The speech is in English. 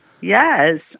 Yes